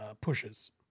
pushes